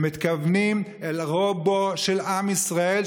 הם מתכוונים אל רובו של עם ישראל,